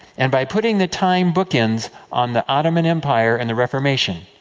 and by putting the time bookends on the ottoman empire, and the reformation,